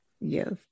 Yes